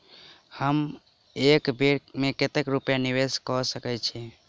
हम एक बेर मे कतेक रूपया निवेश कऽ सकैत छीयै?